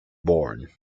born